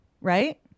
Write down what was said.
right